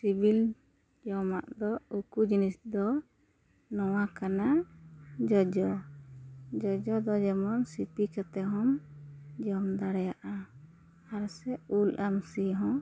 ᱥᱤᱵᱤᱞ ᱡᱚᱢᱟᱜ ᱫᱚ ᱩᱠᱩ ᱡᱤᱱᱤᱥ ᱫᱚ ᱱᱚᱣᱟ ᱠᱟᱱᱟ ᱡᱚᱡᱚ ᱡᱚᱡᱚ ᱫᱚ ᱡᱮᱢᱚᱱ ᱥᱤᱯᱤ ᱠᱟᱛᱮ ᱦᱚᱢ ᱡᱚᱢ ᱫᱟᱲᱮᱭᱟᱜᱼᱟ ᱟᱨ ᱥᱮ ᱩᱞ ᱟᱹᱢᱥᱤ ᱦᱚᱸ